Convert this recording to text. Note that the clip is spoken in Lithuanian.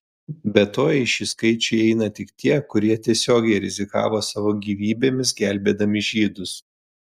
be to į šį skaičių įeina tik tie kurie tiesiogiai rizikavo savo gyvybėmis gelbėdami žydus